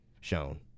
shown